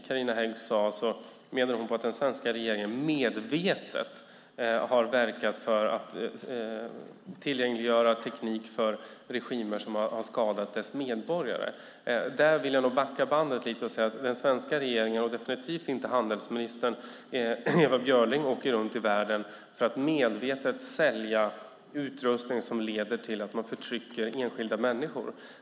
Carina Hägg menade att den svenska regeringen medvetet har verkat för att tillgängliggöra teknik för regimer som har skadat sina medborgare. Där vill jag nog backa bandet lite grann och säga att den svenska regeringen inte, och definitivt inte handelsminister Ewa Björling, åker runt i världen för att medvetet sälja utrustning som leder till att man förtrycker enskilda människor.